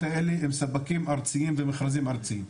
האלה הם ספקים ארציים ומכרזים ארציים.